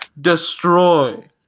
Destroy